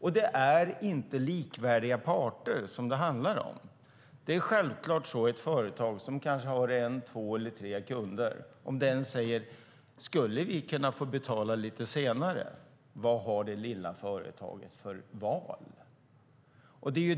men det är inte likvärdiga parter det handlar om. Detta är självklart. Om en kund säger till ett företag med kanske en, två eller tre kunder: Skulle vi kunna få betala lite senare? Vad har det lilla företaget för val?